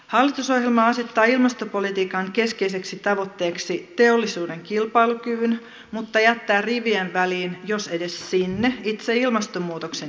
hallitusohjelma asettaa ilmastopolitiikan keskeiseksi tavoitteeksi teollisuuden kilpailukyvyn mutta jättää rivien väliin jos edes sinne itse ilmastonmuutoksen hillinnän